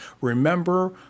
remember